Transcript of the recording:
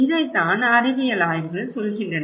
இதைத்தான் அறிவியல் ஆய்வுகள் சொல்கின்றன